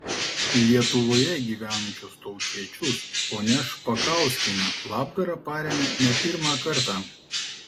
lietuvoje gyvenančius tautiečius ponia špakauskienė labdara paremia ne pirmą kartą